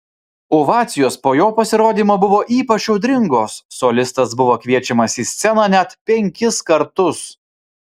ovacijos po jo pasirodymo buvo ypač audringos solistas buvo kviečiamas į sceną net penkis kartus